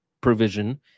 provision